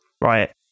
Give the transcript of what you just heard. right